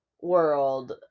world